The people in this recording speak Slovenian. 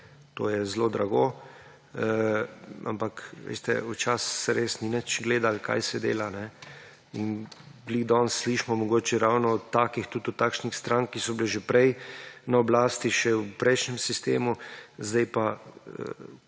je zelo drago. Ampak včasih se res ni nič gledalo, kaj se dela in ravno danes slišimo mogoče ravno tudi od takih strank, ki so bile že prej na oblasti, še v prejšnjem sistemu, sedaj pa